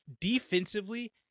defensively